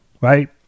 right